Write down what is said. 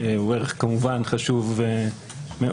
שהוא כמובן ערך חשוב מאוד,